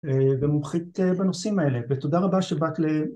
ומומחית בנושאים האלה, ותודה רבה שבאת ל...